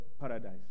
paradise